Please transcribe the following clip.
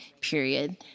period